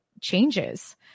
changes